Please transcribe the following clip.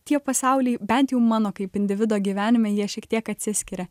tie pasauliai bent jau mano kaip individo gyvenime jie šiek tiek atsiskiria